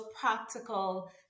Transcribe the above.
practical